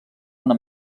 una